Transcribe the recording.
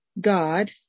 God